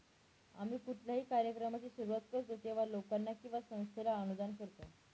आम्ही कुठल्याही कार्यक्रमाची सुरुवात करतो तेव्हा, लोकांना किंवा संस्थेला अनुदान करतो